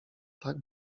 tak